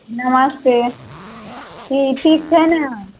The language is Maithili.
नमस्ते की ठीक छै ने